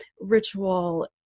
ritual